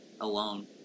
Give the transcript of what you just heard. alone